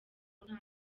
nta